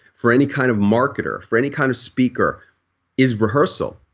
for any kind of marketer, for any kind of speaker is rehearsal.